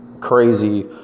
crazy